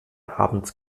abends